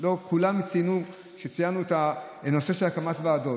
כשציינו את הנושא של הקמת ועדות.